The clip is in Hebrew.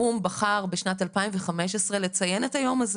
האו"ם בחר בשנת 2015 לציין את היום הזה